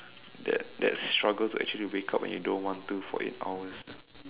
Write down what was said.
that that struggle to actually wake up when you don't want to for eight hours